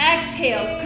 Exhale